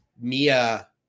mia